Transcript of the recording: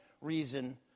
reason